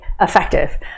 effective